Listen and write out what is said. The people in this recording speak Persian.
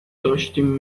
داشتیم